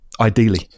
Ideally